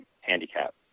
handicap